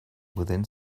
within